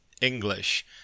English